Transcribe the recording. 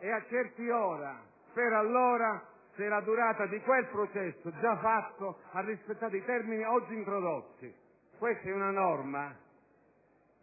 e accerti ora per allora se la durata di quel processo già fatto abbia rispettato i termini oggi introdotti. Questa è una norma